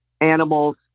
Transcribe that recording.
animals